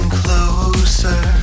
closer